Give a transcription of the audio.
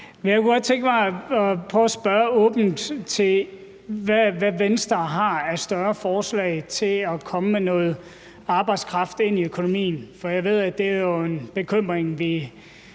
Jeg kunne godt tænke mig at prøve at spørge åbent til, hvad Venstre har af større forslag til at komme med noget arbejdskraft ind i økonomien. Jeg ved, at det jo er en bekymring,